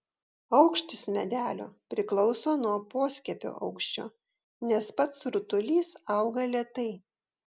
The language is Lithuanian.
aukštis medelio priklauso nuo poskiepio aukščio nes pats rutulys auga lėtai